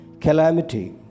Calamity